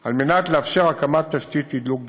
על מנת לאפשר הקמת תשתית תדלוק בגז.